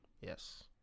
Yes